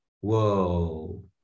Whoa